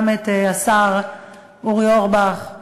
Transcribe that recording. גם את השר אורי אורבך,